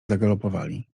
zagalopowali